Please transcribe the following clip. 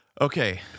Okay